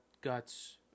guts